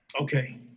Okay